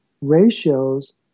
ratios